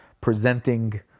presenting